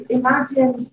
imagine